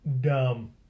Dumb